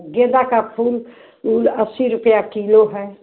गेंदा का फूल ऊल अस्सी रुपया किलो है